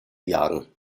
jagen